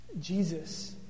Jesus